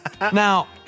Now